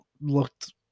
looked